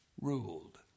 ruled